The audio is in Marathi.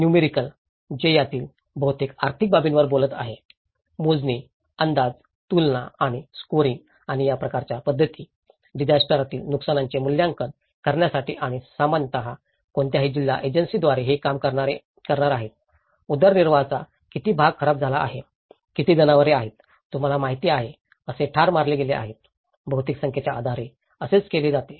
नुमेरिकल जे त्यातील बहुतेक आर्थिक बाबींवर बोलत आहे मोजणी अंदाज तुलना आणि स्कोअरिंग आणि या प्रकारच्या पद्धती डिजास्टरतील नुकसानीचे मूल्यांकन करण्यासाठी आणि सामान्यत कोणत्याही जिल्हा एजन्सीद्वारे हे काम करणार आहेत उदरनिर्वाहाचा किती भाग खराब झाला आहे किती जनावरे आहेत तुम्हाला माहिती आहे असे ठार मारले गेले आहे बहुतेक संख्येच्या आधारे असेच केले जाते